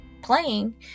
playing